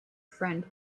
friend